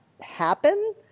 happen